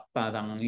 parang